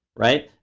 right?